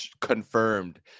confirmed